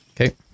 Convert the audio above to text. Okay